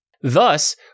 Thus